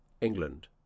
England